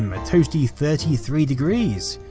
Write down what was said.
um a toasty thirty three degrees.